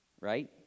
right